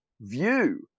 view